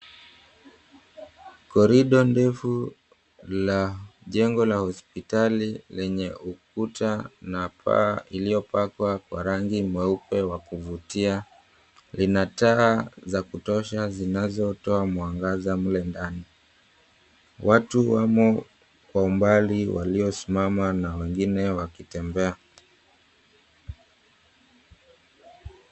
Corridor ndefu la jengo la hospitali lenye ukuta na paa iliopakwa kwa rangi mweupe wa kuvutia lina taa za kutosha zinazotoa mwangaza mle ndani. Watu wamo kwa umbali waliosimama na wengine wakitembea.